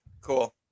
Cool